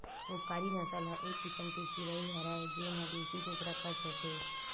उपकारी नसल ह एक किसम के चिरई हरय जेन ह देसी कुकरा कस होथे